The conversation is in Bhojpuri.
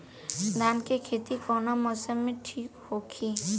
धान के खेती कौना मौसम में ठीक होकी?